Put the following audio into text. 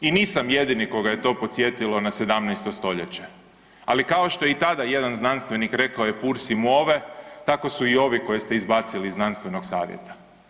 I nisam jedini koga je to podsjetilo na 17. stoljeće, ali kao što je i tada jedan znanstvenik rekao je purs i move, tako su i ovi koje ste izbacili iz znanstvenog savjeta.